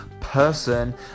person